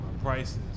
prices